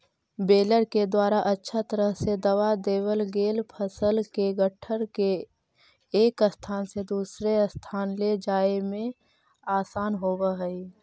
baler के द्वारा अच्छा तरह से दबा देवल गेल फसल के गट्ठर के एक स्थान से दूसर स्थान ले जाए में आसान होवऽ हई